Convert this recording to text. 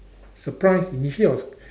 surprised initially I was